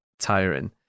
tiring